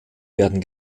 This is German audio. werden